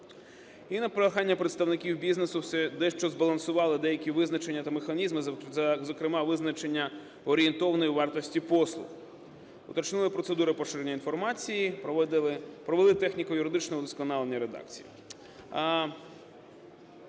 І на прохання представників бізнесу дещо збалансували деякі визначення та механізми, зокрема визначення орієнтовної вартості послуг, уточнили процедуру поширення інформації, провели техніко-юридичне вдосконалення редакції.